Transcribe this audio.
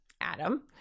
Adam